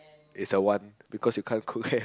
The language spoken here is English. it's a one because you can't cook ppl